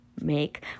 make